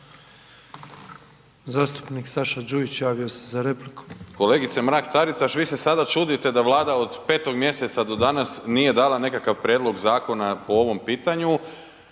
Zastupnik Saša Đujić javio se za repliku. **Đujić, Saša (SDP)** Kolegice Mrak Taritaš vi se sada čudite da Vlada od 5. mjeseca do danas nije dala nekakav prijedlog zakona po ovom pitanju,